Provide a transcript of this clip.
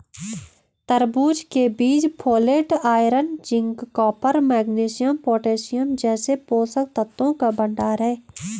तरबूज के बीज folate, iron, zinc, copper, magnesium, potassium जैसे पोषक तत्वों का भंडार है